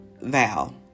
Val